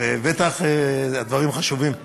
בטח הדברים חשובים.